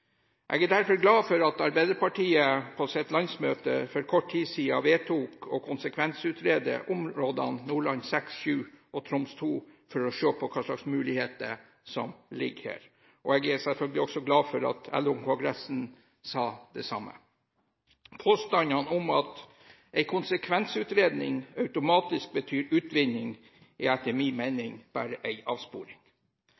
Jeg er derfor glad for at Arbeiderpartiet på sitt landsmøte for kort tid siden vedtok å konsekvensutrede områdene Nordland VI, Nordland VII og Troms II for å se på hvilke muligheter som ligger her. Jeg er selvfølgelig også glad for at LO-kongressen sa det samme. Påstandene om at en konsekvensutredning automatisk betyr utvinning, er etter